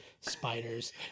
Spiders